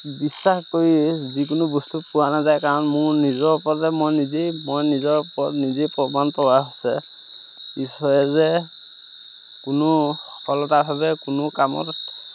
বিশ্বাস কৰি যিকোনো বস্তু পোৱা নাযায় কাৰণ মোৰ নিজৰ ওপৰতে মই নিজেই মই নিজৰ ওপৰত নিজেই প্ৰমাণ পোৱা আছে যে ঈশ্বৰে যে কোনো সফলতাভাৱে কোনো কামত